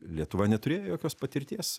lietuva neturėjo jokios patirties